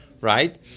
Right